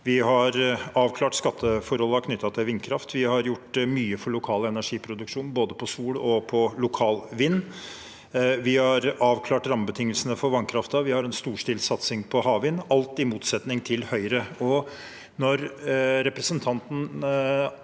Vi har avklart skatteforholdene knyttet til vindkraft. Vi har gjort mye for lokal energiproduksjon, både når det gjelder sol og lokal vind. Vi har avklart rammebetingelsene for vannkraften. Vi har en storstilt satsing på havvind – alt dette i motsetning til Høyre. Når representanten